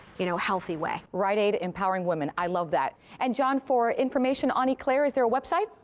you know, healthy way. rite aid empowering women. i love that. and john for information on eclair, is there a website?